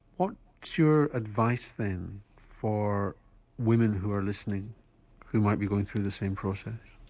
what's your advice then for women who are listening who might be going through the same process?